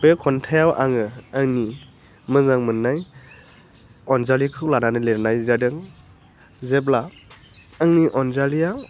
बे खन्थाइयाव आङो आंनि मोजां मोन्नाय अन्जालिखौ लानानै लिरनाय जादों जेब्ला आंनि अन्जालिया